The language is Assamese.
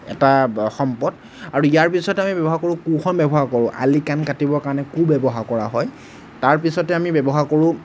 এটা সম্পদ আৰু ইয়াৰ পিছতে আমি ব্যৱহাৰ কৰোঁ কোৰখন ব্যৱহাৰ কৰোঁ আলি কাণ কাটিবৰ কাৰণে কোৰ ব্যৱহাৰ কৰা হয় তাৰ পিছতে আমি ব্যৱহাৰ কৰোঁ